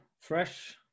fresh